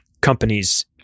companies